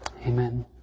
Amen